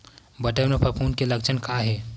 बटर म फफूंद के लक्षण का हे?